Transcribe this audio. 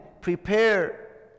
prepare